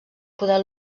poder